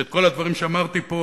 שאת כל הדברים שאמרתי פה,